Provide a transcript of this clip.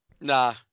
Nah